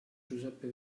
giuseppe